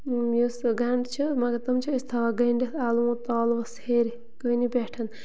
یُس سُہ گَنٛڈٕ چھِ مگر تِم چھِ أسۍ تھاوان گٔنڈِتھ اَلوُ تالوَس ہیٚرِ کٲنی پٮ۪ٹھ